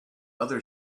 other